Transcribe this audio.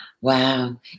Wow